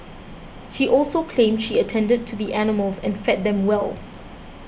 she also claimed she attended to the animals and fed them well